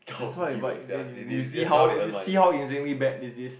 that's why but they you you see how you see how insanely bad this is